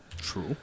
True